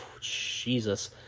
Jesus